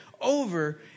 over